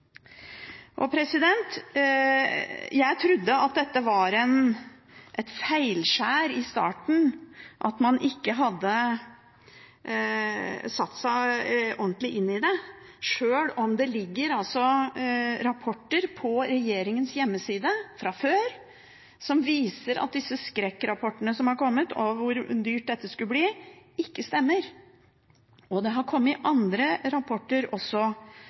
Jeg trodde i starten at dette var et feilskjær, at man ikke hadde satt seg ordentlig inn i det, sjøl om det ligger rapporter på regjeringens hjemmeside fra før, som viser at disse skrekkrapportene som har kommet, om hvor dyrt dette skulle bli, ikke stemmer, og det har kommet andre rapporter